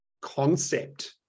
concept